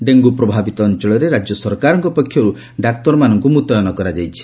dengue ପ୍ରଭାବିତ ଅଞ୍ଚଳରେ ରାଜ୍ୟ ସରକାରଙ୍କ ପକ୍ଷରୁ ଡାକ୍ତରମାନଙ୍କୁ ମୁତ୍ୟନ କରାଯାଇଛି